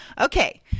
okay